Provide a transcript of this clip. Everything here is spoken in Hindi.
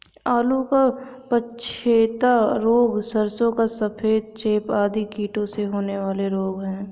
आलू का पछेता रोग, सरसों का सफेद चेपा आदि कीटों से होने वाले रोग हैं